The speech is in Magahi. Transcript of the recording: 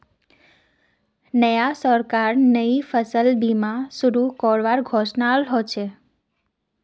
नया सरकारत नई फसल बीमा शुरू करवार घोषणा हल छ